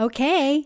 Okay